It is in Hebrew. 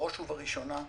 בראש ובראשונה,